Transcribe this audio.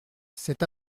cet